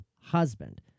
husband